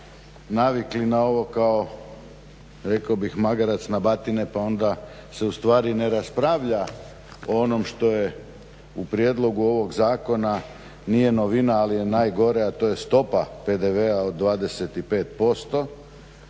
navikli na ovo kao rekao bih magarac na batine pa onda se ustvari ne raspravlja o onom što je u prijedlogu ovog zakona, nije novina ali je najgore, a to je stopa PDV-a od 25%.